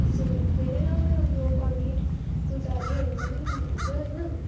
यसो धेरै राम्रो राम्रो पण्डित पुजारीहरू पनि हुनुहुन्छ होइन